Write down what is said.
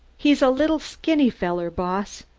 he's a little, skinny feller, boss,